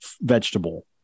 vegetable